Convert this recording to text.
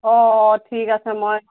অঁ ঠিক আছে মই